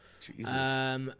Jesus